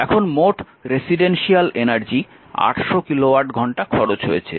এখন মোট residential energy 800 kilowatt ঘন্টা খরচ হয়েছে